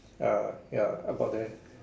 ah ya about there